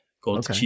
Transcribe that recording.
called